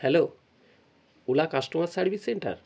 hello ola customer service centre